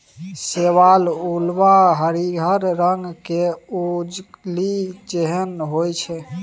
शैवाल उल्वा हरिहर रंग केर कजली जेहन होइ छै